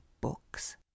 books